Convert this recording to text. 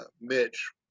Mitch